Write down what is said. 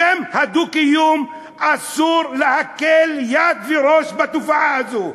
בשם הדו-קיום, אסור להקל יד וראש בתופעה הזאת.